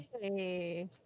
Hey